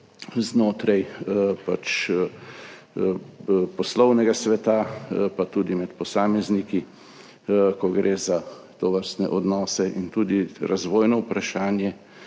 znotraj poslovnega sveta pa tudi med posamezniki, ko gre za tovrstne odnose, in tudi razvojno vprašanje